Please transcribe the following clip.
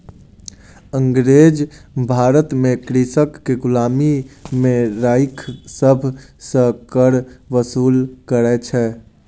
अँगरेज भारत में कृषक के गुलामी में राइख सभ सॅ कर वसूल करै छल